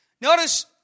Notice